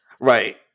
Right